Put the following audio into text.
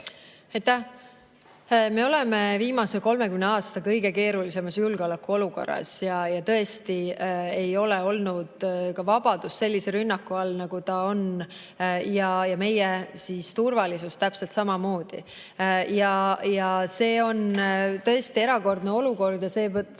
Me oleme viimase 30 aasta kõige keerulisemas julgeolekuolukorras ja tõesti ei ole olnud ka vabadus sellise rünnaku all, nagu ta on, ja meie turvalisus täpselt samamoodi. See on tõesti erakordne olukord ja seetõttu